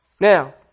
Now